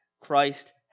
Christ